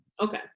Okay